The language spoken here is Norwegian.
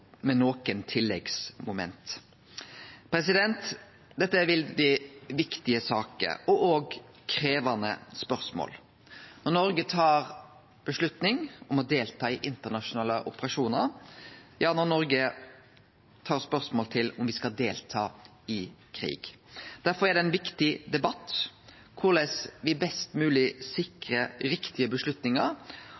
med nokre tilleggsmoment. Dette er veldig viktige saker. Det er krevjande spørsmål når Noreg tar ei avgjerd om å delta i internasjonale operasjonar – ja, når Noreg tar stilling til om me skal delta i krig. Derfor er det ein viktig debatt korleis me best